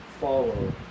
follow